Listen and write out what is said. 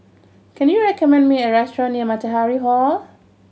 can you recommend me a restaurant near Matahari Hall